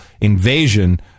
invasion